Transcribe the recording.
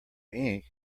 ink